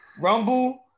Rumble